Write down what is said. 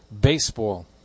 baseball